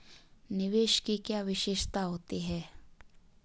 निवेश की क्या विशेषता होती है?